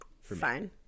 Fine